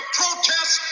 protest